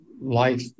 life